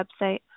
website